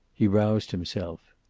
he roused himself.